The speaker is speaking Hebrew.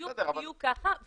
בדיוק בדיוק ככה,